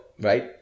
right